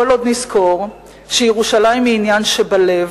כל עוד נזכור שירושלים היא עניין שבלב,